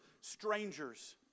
strangers